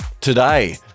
Today